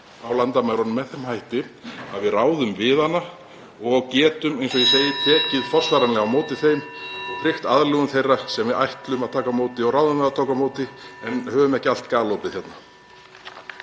á landamærunum með þeim hætti að við ráðum við hana og getum, eins og ég segi, (Forseti hringir.) tekið forsvaranlega á móti þeim og tryggt aðlögun þeirra sem við ætlum að taka á móti og ráðum við að taka á móti en höfum ekki allt galopið hérna.